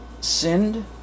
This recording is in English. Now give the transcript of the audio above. sinned